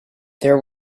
there